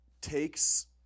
takes